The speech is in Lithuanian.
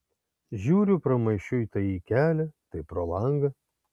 žiūriu pramaišiui tai į kelią tai pro langą